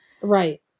Right